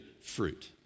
fruit